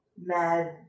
Mad